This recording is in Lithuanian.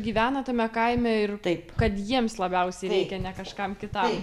gyvena tame kaime kad jiems labiausiai reikia ne kažkam kitam